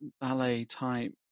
ballet-type